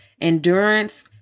endurance